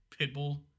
Pitbull